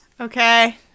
Okay